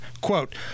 Quote